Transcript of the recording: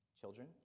Children